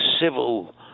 civil